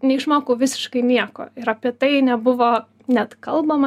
neišmokau visiškai nieko ir apie tai nebuvo net kalbama